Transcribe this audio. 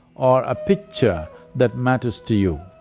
or a picture that matters to you.